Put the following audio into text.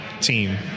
team